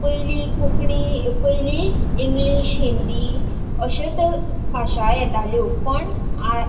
पयलीं कोंकणी पयलीं इंग्लीश हिंदी अश्योच भाशा येताल्यो पण आ